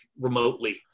remotely